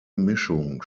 mischung